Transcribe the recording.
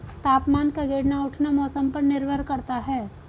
तापमान का गिरना उठना मौसम पर निर्भर करता है